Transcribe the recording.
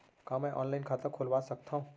का मैं ऑनलाइन खाता खोलवा सकथव?